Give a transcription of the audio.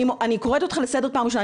אני קוראת אותך לסדר פעם ראשונה.